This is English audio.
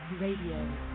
Radio